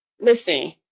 Listen